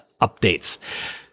updates